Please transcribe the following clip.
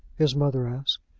his mother asked.